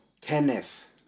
Kenneth